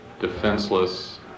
defenseless